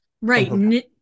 Right